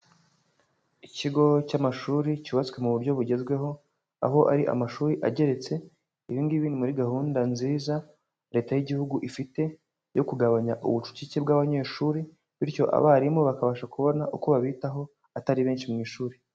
Ikigo cy'amashuri cyubatswe mu buryo bugezweho, aho ari amashuri ageretse. Ibi ngibi ni muri gahunda nziza Leta y'igihugu ifite yo kugabanya ubucucike bw'abanyeshuri, bityo abarimu bakabasha kubona uko babitaho, atari benshi mu ishuri.